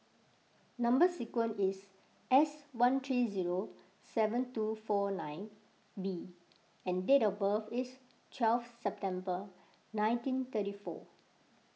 Number Sequence is S one three zero seven two four nine B and date of birth is twelve September nineteen thirty four